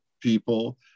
people